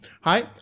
Hi